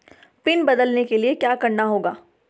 Pin बदलने के लिए क्या करना होगा?